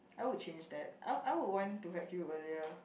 I would change that I I would want to have you earlier